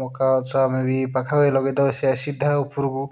ମକା ଗଛ ଆମେବି ପାଖା ପାଖି ଲଗେଇ ଥାଉ ସିଏ ସିଧା ଉପରକୁ